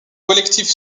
collectif